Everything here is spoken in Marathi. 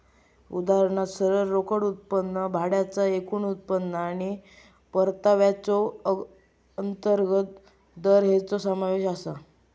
उदाहरणात सरळ रोकड उत्पन्न, भाड्याचा एकूण उत्पन्न आणि परताव्याचो अंतर्गत दर हेंचो समावेश आसा